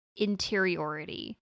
interiority